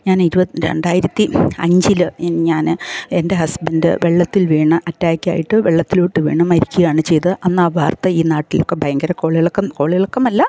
ഞാൻ രണ്ടായിരത്തി അഞ്ചില് ഞാന് എൻ്റെ ഹസ്ബൻഡ് വെള്ളത്തിൽ വീണ് അറ്റാക്കായിട്ട് വെള്ളത്തിലോട്ട് വീണ് മരിക്കുകയാണ് ചെയ്തത് അന്ന് ആ വാർത്ത ഈ നാട്ടിലൊക്കെ ഭയങ്കര കോളിളക്കം കോളിളക്കമല്ല